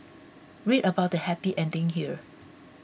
read about the happy ending here